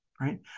Right